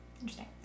Interesting